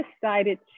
decided